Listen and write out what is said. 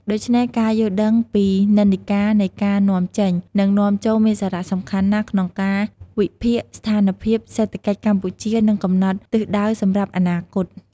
ដូច្នេះ ការយល់ដឹងពីនិន្នាការនៃការនាំចេញ និងនាំចូលមានសារៈសំខាន់ណាស់ក្នុងការវិភាគស្ថានភាពសេដ្ឋកិច្ចកម្ពុជា និងកំណត់ទិសដៅសម្រាប់អនាគត។